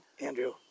Andrew